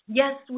yes